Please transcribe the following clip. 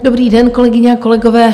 Dobrý den, kolegyně a kolegové.